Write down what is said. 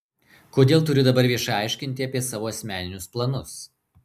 kodėl turiu dabar viešai aiškinti apie savo asmeninius planus